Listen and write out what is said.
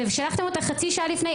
אבל שלחתם אותה חצי שעה לפני,